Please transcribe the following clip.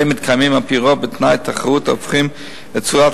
והם מתקיימים על-פי רוב בתנאי תחרות ההופכים את צורת